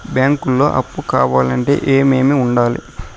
బ్యాంకులో అప్పు కావాలంటే ఏమేమి ఉండాలి?